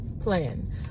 plan